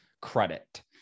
credit